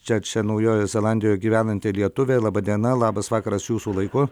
čia čia naujojoje zelandijoje gyvenanti lietuvė laba diena labas vakaras jūsų laiku